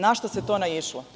Na šta se tu naišlo?